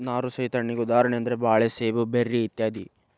ನಾರು ಸಹಿತ ಹಣ್ಣಿಗೆ ಉದಾಹರಣೆ ಅಂದ್ರ ಬಾಳೆ ಸೇಬು ಬೆರ್ರಿ ಇತ್ಯಾದಿ